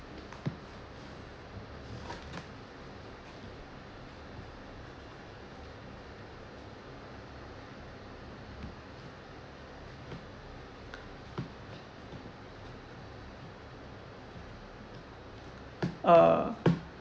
uh